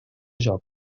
joc